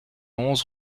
onze